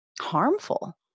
harmful